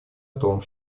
том